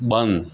બંધ